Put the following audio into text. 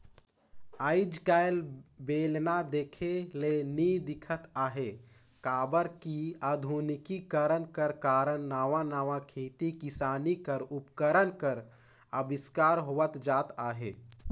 आएज काएल बेलना देखे ले नी दिखत अहे काबर कि अधुनिकीकरन कर कारन नावा नावा खेती किसानी कर उपकरन कर अबिस्कार होवत जात अहे